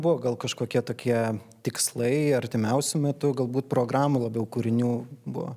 buvo gal kažkokie tokie tikslai artimiausiu metu galbūt programų labiau kūrinių buvo